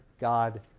God